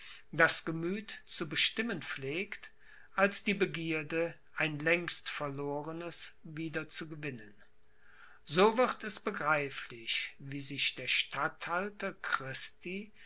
das gemüth zu bestimmen pflegt als die begierde ein längst verlorenes wieder zu gewinnen so wird es begreiflich wie sich der statthalter christi